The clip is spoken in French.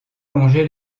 longeait